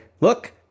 look